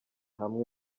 hamwe